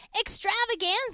Extravaganza